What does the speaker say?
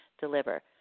deliver